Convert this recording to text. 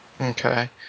Okay